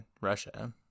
Russia